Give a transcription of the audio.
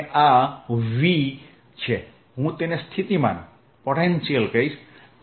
અને આ V છે હું તેને સ્થિતિમાન પોટેન્શિયલ કહીશ